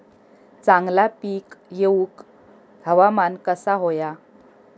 चांगला पीक येऊक हवामान कसा होया?